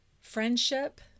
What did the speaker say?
friendship